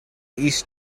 east